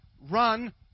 run